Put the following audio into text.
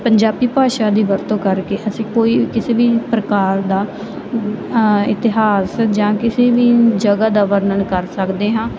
ਪੰਜਾਬੀ ਭਾਸ਼ਾ ਦੀ ਵਰਤੋਂ ਕਰਕੇ ਅਸੀਂ ਕੋਈ ਕਿਸੇ ਵੀ ਪ੍ਰਕਾਰ ਦਾ ਇਤਿਹਾਸ ਜਾਂ ਕਿਸੇ ਵੀ ਜਗ੍ਹਾ ਦਾ ਵਰਣਨ ਕਰ ਸਕਦੇ ਹਾਂ